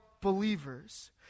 believers